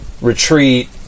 retreat